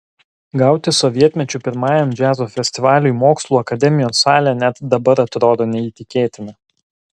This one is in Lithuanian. gauti sovietmečiu pirmajam džiazo festivaliui mokslų akademijos salę net dabar atrodo neįtikėtina